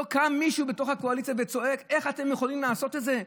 לא קם מישהו בתוך הקואליציה וצועק: איך אתם יכולים לעשות את זה?